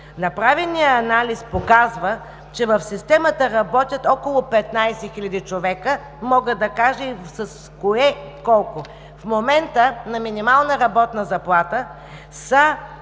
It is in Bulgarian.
Направеният анализ показва, че в системата работят около 15 хиляди човека. Мога да кажа и с кое колко. В момента на минимална работна заплата са